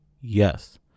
Yes